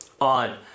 on